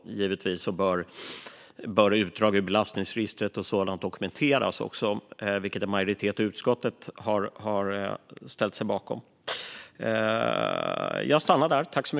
Givetvis bör utdrag ur belastningsregistret och sådant dokumenteras, vilket en majoritet i utskottet har ställt sig bakom.